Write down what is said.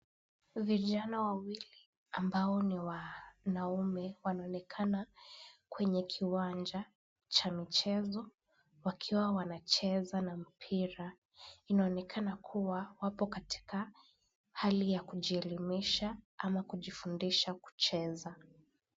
Vijana wawili ambao ni wanaume wanaonekana kwenye kiwanja cha michezo, wakiwa wanacheza na mpira. Inaonekana kuwa wapo katika hali ya kujielimisha ama kujifundisha kucheza.